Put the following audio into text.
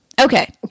Okay